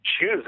choose